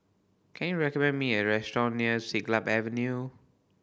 can you recommend me a restaurant near Siglap Avenue